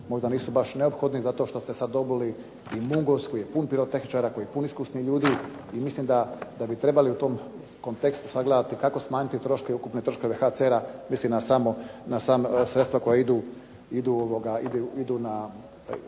možda nisu baš neophodni zato što ste sad dobili i "Mungos" koji je pun pirotehničara, koji je pun iskusnih ljudi i mislim da bi trebali u tom kontekstu sagledati kako smanjiti ukupne troškove HCR-a, mislim na sama sredstva koja idu na